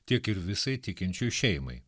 tiek ir visai tikinčiųjų šeimai